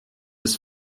ist